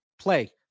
play